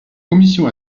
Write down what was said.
commission